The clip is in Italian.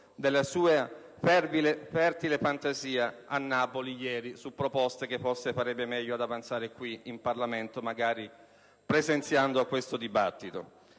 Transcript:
della sua fertile fantasia ieri a Napoli su proposte che farebbe meglio ad avanzare qui, in Parlamento, magari presenziando a questo dibattito.